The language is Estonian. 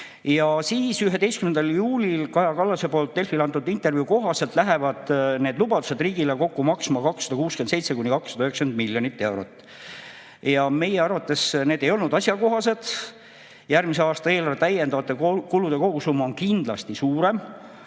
Aga 11. juulil Kaja Kallase poolt Delfile antud intervjuu kohaselt lähevad need lubadused riigile kokku maksma 267–290 miljonit eurot. Meie arvates need ei olnud asjakohased. Järgmise aasta eelarve täiendavate kulude kogusumma on kindlasti suurem.